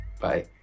bye